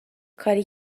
کاری